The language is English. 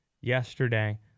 yesterday